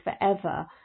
forever